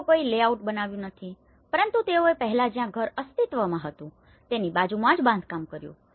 તો તેઓએ કોઈ લેઆઉટ બનાવ્યું નથી પરંતુ તેઓએ પહેલા જ્યાં ઘર અસ્તિત્વમાં હતું તેની બાજુમાં જ બાંધકામ કર્યુ